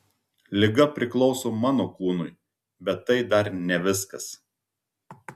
liga priklauso mano kūnui bet tai dar ne viskas